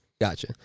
Gotcha